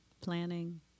planning